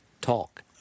talk